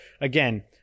again